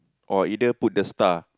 or either put the star